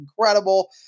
incredible